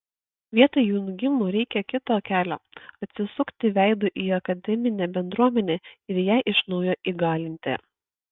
vietoj jungimų reikia kito kelio atsisukti veidu į akademinę bendruomenę ir ją iš naujo įgalinti